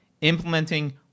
implementing